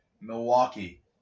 Milwaukee